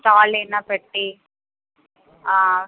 స్టాల్లు ఏదైనా పెట్టి